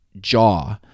jaw